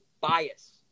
bias